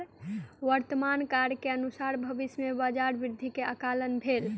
वर्तमान कार्य के अनुसारे भविष्य में बजार वृद्धि के आंकलन भेल